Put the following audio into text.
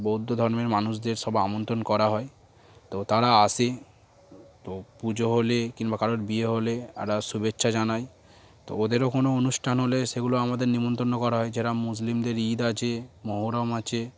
বৌদ্ধ ধর্মের মানুষদের সব আমন্ত্রণ করা হয় তো তারা আসে তো পুজো হলে কিংবা কারোর বিয়ে হলে একটা শুভেচ্ছা জানায় তো ওদেরও কোনো অনুষ্ঠান হলে সেগুলো আমাদের নিমন্ত্রণ করা হয় যেরকম মুসলিমদের ঈদ আছে মহরম আছে